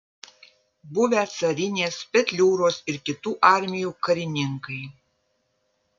buvę carinės petliūros ir kitų armijų karininkai